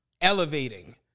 Elevating